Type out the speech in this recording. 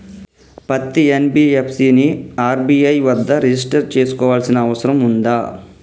పత్తి ఎన్.బి.ఎఫ్.సి ని ఆర్.బి.ఐ వద్ద రిజిష్టర్ చేసుకోవాల్సిన అవసరం ఉందా?